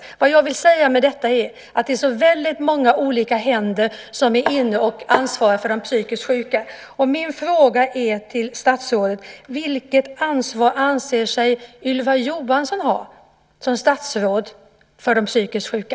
Vad jag vill säga med detta är att det är så väldigt många olika händer som ansvarar för de psykiskt sjuka. Min fråga är: Vilket ansvar anser sig Ylva Johansson ha som statsråd för de psykiskt sjuka?